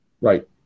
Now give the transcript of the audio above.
Right